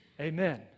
Amen